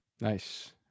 Nice